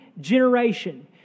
generation